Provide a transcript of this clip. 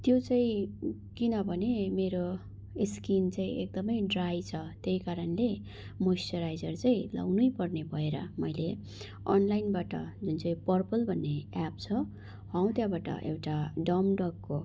त्यो चाहिँ किनभने मेरो स्किन चाहिँ एकदमै ड्राई छ त्यही कारणले मोइस्चुराइजर चाहिँ लाउनै पर्ने भएर मैले अनलाइनबाट जुन चाहिँ पर्पल भन्ने एप्प छ हौ त्यहाँबाट एउटा डमड्गको